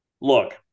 look